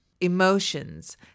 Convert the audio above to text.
emotions